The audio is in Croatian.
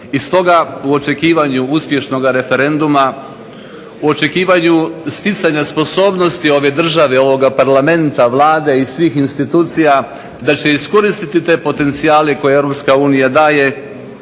i stoga u očekivanju uspješnoga referenduma, u očekivanju sticanja sposobnosti ove države, ovoga Parlamenta, Vlade i svih institucija da će iskoristiti te potencijale koje Europska